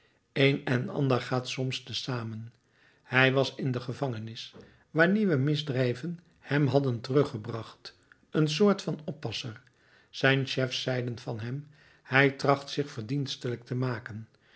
een en ander gaat soms te zamen hij was in de gevangenis waar nieuwe misdrijven hem hadden teruggebracht een soort van oppasser zijn chefs zeiden van hem hij tracht zich verdienstelijk te maken